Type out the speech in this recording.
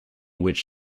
which